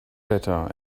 better